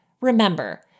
Remember